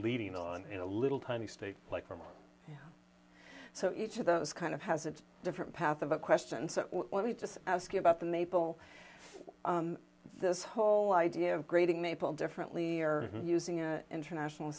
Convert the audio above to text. leading on in a little tiny state like normal so each of those kind of has its different path of a question so when we just ask you about the maple this whole idea of grading maple differently or using an international